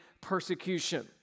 persecution